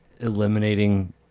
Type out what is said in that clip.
eliminating